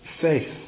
faith